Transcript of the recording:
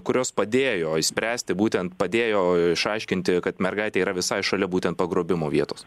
kurios padėjo išspręsti būtent padėjo išaiškinti kad mergaitė yra visai šalia būtent pagrobimo vietos